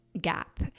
gap